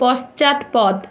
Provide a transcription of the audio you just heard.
পশ্চাৎপদ